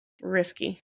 risky